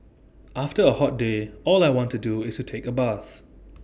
after A hot day all I want to do is take A bath